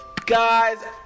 guys